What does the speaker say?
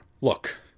Look